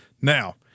Now